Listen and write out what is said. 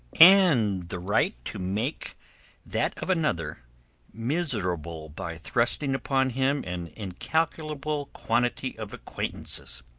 and the right to make that of another miserable by thrusting upon him an incalculable quantity of acquaintances